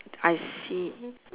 I see